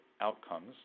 outcomes